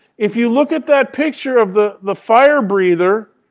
if you look at that picture of the the fire breather,